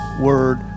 word